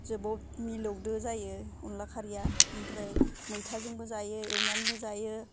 जोबोद मिलौदो जायो अनला खारिया ओमफ्राय मैथाजोंबो जायो एवनानैबो जायो